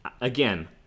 Again